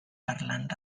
parlant